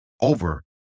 over